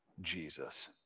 Jesus